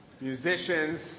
musicians